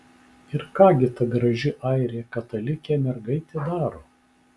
ir ką gi ta graži airė katalikė mergaitė daro